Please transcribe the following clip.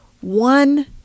one